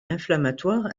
inflammatoire